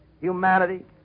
humanity